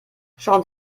schauen